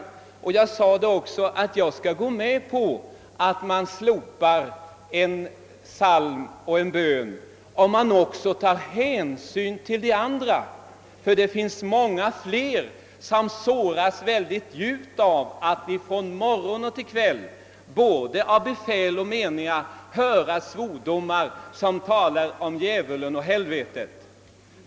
Jag sade då, att jag skulle kunna gå med på att slopa psalmen och bönen, om man också tog hänsyn till de många fler som såras mycket djupt av att från morgon till kväll både från befäl och meniga få höra svordomar om djävulen och helvetet.